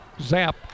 Zap